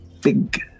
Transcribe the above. big